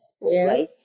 right